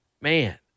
man